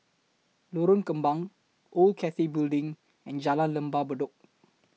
Lorong Kembang Old Cathay Building and Jalan Lembah Bedok